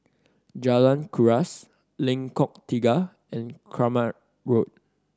Jalan Kuras Lengkok Tiga and Kramat Road